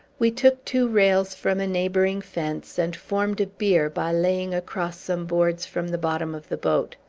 we took two rails from a neighboring fence, and formed a bier by laying across some boards from the bottom of the boat.